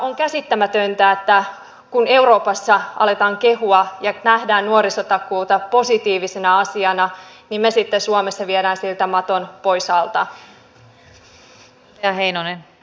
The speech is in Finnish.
on käsittämätöntä että kun euroopassa aletaan kehua ja nähdä nuorisotakuuta positiivisena asiana niin me sitten suomessa viemme siltä maton pois alta